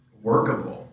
workable